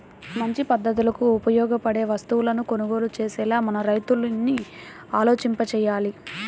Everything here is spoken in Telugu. మంచి పద్ధతులకు ఉపయోగపడే వస్తువులను కొనుగోలు చేసేలా మన రైతుల్ని ఆలోచింపచెయ్యాలి